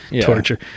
torture